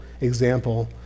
example